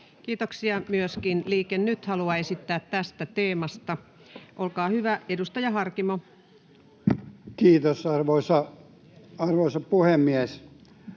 velkaa. Myöskin Liike Nyt haluaa esittää tästä teemasta kysymyksen. — Olkaa hyvä, edustaja Harkimo. Kiitos, arvoisa puhemies!